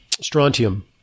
strontium